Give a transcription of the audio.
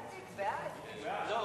נתקבלו.